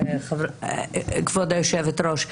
כבוד היושבת-ראש,